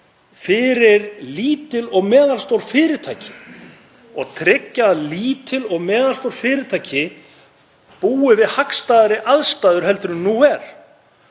fyrir lítil og meðalstór fyrirtæki og tryggja að lítil og meðalstór fyrirtæki búi við hagstæðari aðstæður en nú er.